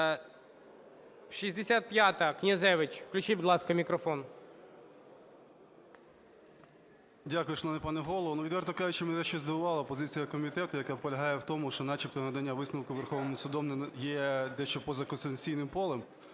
Дякую, шановний пане Голово. Ну відверто кажучи, мене дещо здивувала позиція комітету, яка полягає в тому, що начебто надання висновку Верховним Судом є дещо поза конституційним полем.